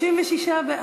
27), התשע"ד 2014, נתקבל.